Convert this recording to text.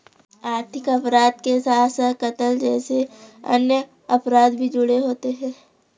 आर्थिक अपराध के साथ साथ कत्ल जैसे अन्य अपराध भी जुड़े होते हैं